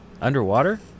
Underwater